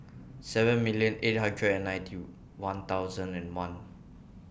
seven million eight hundred and nineteen one thousand and one